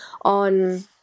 on